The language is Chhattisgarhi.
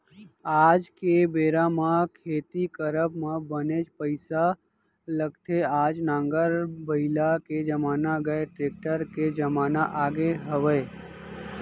आज के बेरा म खेती करब म बनेच पइसा लगथे आज नांगर बइला के जमाना गय टेक्टर के जमाना आगे हवय